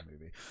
movie